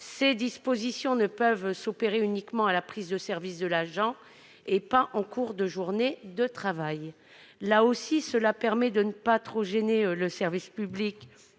Ces dispositions peuvent s'opérer uniquement à la prise de service de l'agent, et pas en cours de journée de travail. Cela permet de ne pas trop gêner le service public